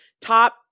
top